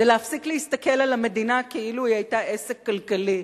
זה להפסיק להסתכל על המדינה כאילו היא היתה עסק כלכלי,